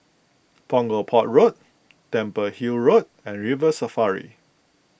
Punggol Port Road Temple Hill Road and River Safari